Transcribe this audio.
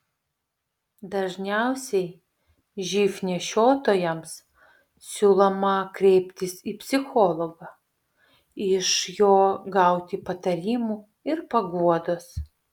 dažniausiai živ nešiotojams siūloma kreiptis į psichologą iš jo gauti patarimų ir paguodos